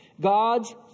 God's